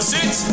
Sit